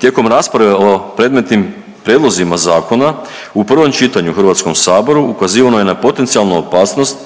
Tijekom rasprave o predmetnim prijedlozima zakona u prvom čitanju u HS-u ukazivano je na potencijalnu opasnost